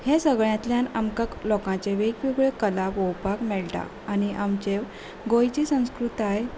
हे सगळ्यांतल्यान आमकां लोकांचे वेगवेगळ्यो कला पळोवपाक मेळटा आनी आमचे गोंयची संस्कृताय